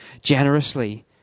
generously